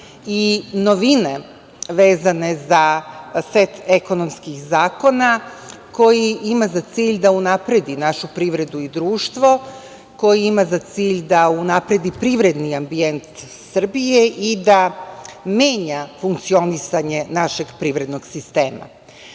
i novine vezane za set ekonomskih zakona koje imaju za cilj da unaprede našu privredu i društvu, koje imaju za cilj da unaprede privredni ambijent Srbije i da menjaju funkcionisanje našeg privrednog sistema. Predlog